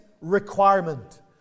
requirement